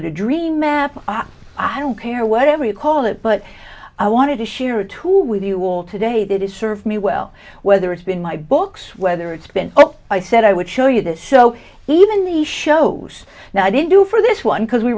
it a dream map i don't care whatever you call it but i wanted to share a tool with you all today that is serve me well whether it's been my books whether it's been i said i would show you this so even the shows now i didn't do for this one because we